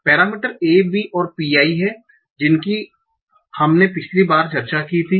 parameter A B और pi हैं जिनकी हमने पिछली बार चर्चा की थी